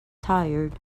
tired